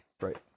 right